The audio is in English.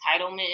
entitlement